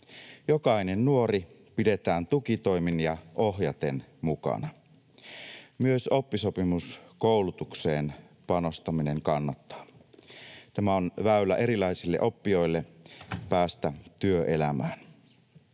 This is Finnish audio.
Jokainen nuori pidetään tukitoimin ja ohjaten mukana. Myös oppisopimuskoulutukseen panostaminen kannattaa. Tämä on väylä erilaisille oppijoille päästä työelämään.